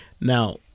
Now